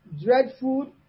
Dreadful